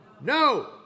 No